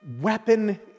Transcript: weapon